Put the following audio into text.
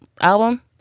album